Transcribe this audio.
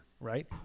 Right